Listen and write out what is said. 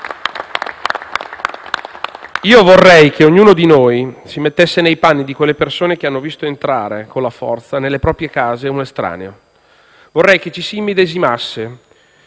Io vorrei che ognuno di noi si mettesse nei panni di quelle persone che hanno visto entrare con la forza nelle proprie case un estraneo; vorrei che ci si immedesimasse